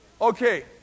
Okay